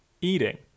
Eating